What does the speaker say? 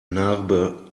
narbe